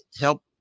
help